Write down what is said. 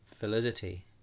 validity